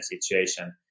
situation